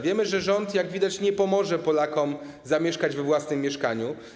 Wiemy, że rząd, jak widać, nie pomoże Polakom zamieszkać we własnym mieszkaniu.